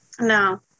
No